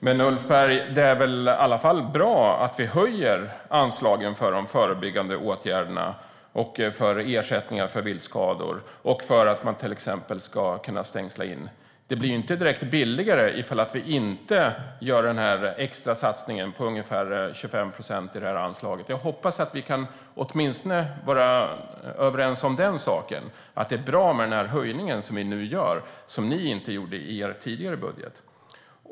Herr talman! Men det är väl i alla fall bra, Ulf Berg, att vi höjer anslagen för de förebyggande åtgärderna, för ersättningar för viltskador och för att man till exempel ska kunna stängsla in? Det blir ju inte direkt billigare ifall vi inte gör den här extrasatsningen på ungefär 25 procent i det här anslaget. Jag hoppas att vi åtminstone kan vara överens om att det är bra med höjningen som vi nu gör och som ni inte gjorde i er tidigare budget.